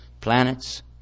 planets